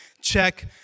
check